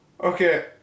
Okay